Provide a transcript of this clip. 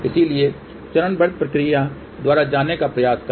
इसलिए चरणबद्ध प्रक्रिया द्वारा जाने का प्रयास करें